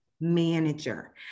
manager